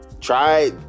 Try